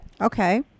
Okay